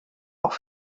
auch